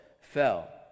fell